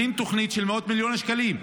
הכין תוכנית של מאות מיליוני שקלים.